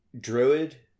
Druid